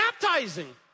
baptizing